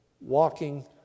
walking